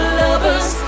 lovers